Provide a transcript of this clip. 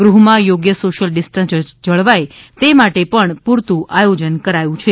ગૃહમાં યોગ્ય social distance જળવાય તે માટે પણ પૂરતુ આયોજન કરાયું છે